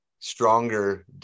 stronger